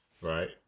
right